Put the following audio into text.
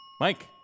Mike